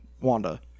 Wanda